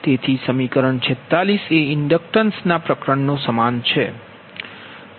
તેથી તે સમીકરણ 46 એ ઇન્ડક્ટન્સ પ્રકરણનો સમાન છે